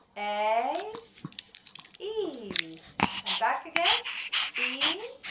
a e and back again e,